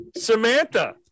Samantha